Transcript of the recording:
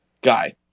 guy